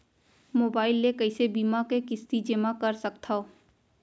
Mobile ले कइसे बीमा के किस्ती जेमा कर सकथव?